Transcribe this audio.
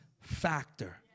factor